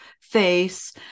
face